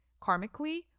karmically